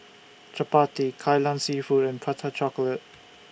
Chappati Kai Lan Seafood and Prata Chocolate